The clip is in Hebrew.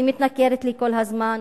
היא מתנכרת לי כל הזמן,